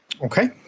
okay